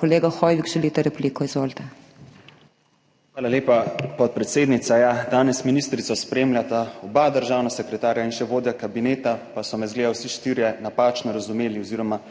Kolega Hoivik, želite repliko. Izvolite. **ANDREJ HOIVIK (PS SDS):** Hvala lepa, podpredsednica. Ja, danes ministrico spremljata oba državna sekretarja in še vodja kabineta, pa so me zgleda vsi štirje napačno razumeli oziroma